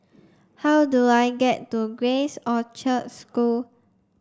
how do I get to Grace Orchard School